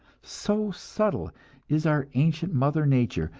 so subtle is our ancient mother nature,